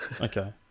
Okay